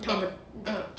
uh uh